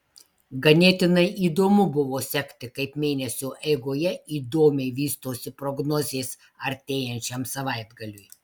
ganėtinai įdomu buvo sekti kaip mėnesio eigoje įdomiai vystosi prognozės artėjančiam savaitgaliui